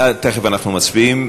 תכף אנחנו מצביעים.